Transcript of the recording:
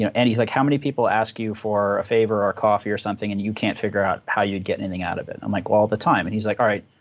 you know and he's like, how many people ask you for a favor or coffee or something, and you can't figure out how you'd get anything out of it? and i'm like, well, all the time. and he's like, all right,